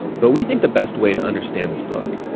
but we think the best way to understand this book,